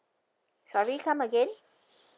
sorry come again